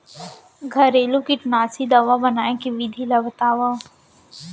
घरेलू कीटनाशी दवा बनाए के विधि ला बतावव?